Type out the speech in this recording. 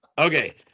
okay